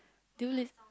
do you li~